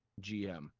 GM